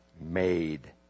made